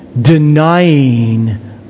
denying